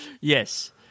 Yes